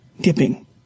dipping